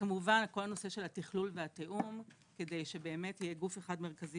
כמובן כל הנושא של התכלול והתיאום כדי שבאמת יהיה גוף אחד מרכזי